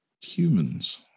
humans